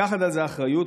לקחת על זה אחריות.